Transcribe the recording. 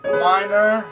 minor